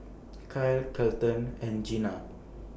Kylee Kelton and Gena